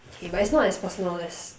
okay but it's not personal as